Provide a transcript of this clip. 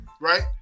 right